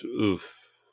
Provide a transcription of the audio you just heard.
oof